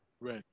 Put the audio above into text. Right